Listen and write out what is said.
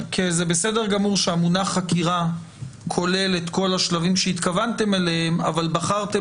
זה בסדר גמור שהמונח חקירה כולל את כל השלבים שהתכוונתם אליהם אבל בחרתם